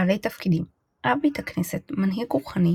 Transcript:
בעלי תפקידים רב בית הכנסת מנהיג רוחני,